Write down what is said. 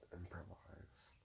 improvise